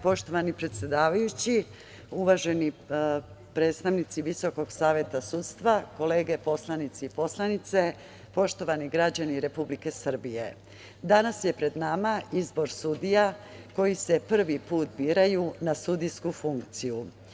Poštovani predsedavajući, uvaženi predstavnici Visokog saveta sudstva, kolege poslanici i poslanice, poštovani građani Republike Srbije, danas je pred nama izbor sudija koji se prvi put biraju na sudijsku funkciju.